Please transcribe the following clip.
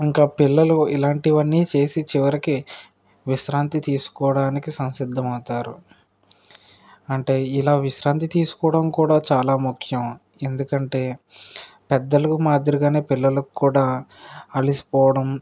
ఇంకా పిల్లలు ఇలాంటివన్నీ చేసి చివరికి విశ్రాంతి తీసుకోవడానికి సంసిద్ధమవుతారు అంటే ఇలా విశ్రాంతి తీసుకోవడం కూడా చాలా ముఖ్యం ఎందుకంటే పెద్దలు మాదిరిగానే పిల్లలు కూడా అలసిపోవడం